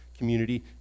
community